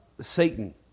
Satan